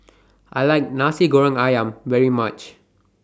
I like Nasi Goreng Ayam very much